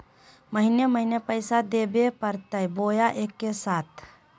महीने महीने पैसा देवे परते बोया एके साथ?